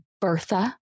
Bertha